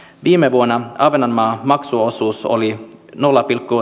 viime vuonna ahvenanmaan maksuosuus oli nolla pilkku